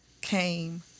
came